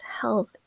health